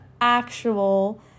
actual